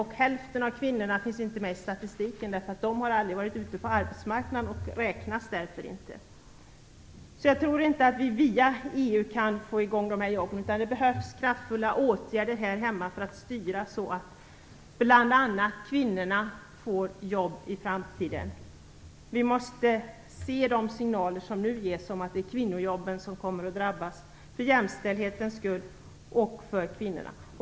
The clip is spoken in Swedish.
Hälften av kvinnorna finns inte med i statistiken, eftersom de aldrig varit ute på arbetsmarknaden och räknas därför inte. Jag tror inte att vi via EU kan få nya jobb, utan det behövs kraftfulla åtgärder här hemma för att styra det hela så att bl.a. kvinnorna får jobb i framtiden. Vi måste se de signaler som nu ges om att det är kvinnojobben som drabbas, för jämställdhetens skull.